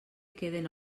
queden